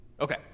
Okay